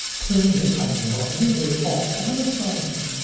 turned in, i had no idea they were all climate scientists.